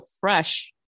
fresh